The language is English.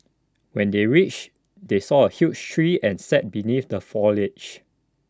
when they reached they saw A huge tree and sat beneath the foliage